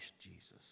Jesus